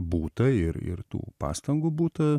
būta ir ir tų pastangų būta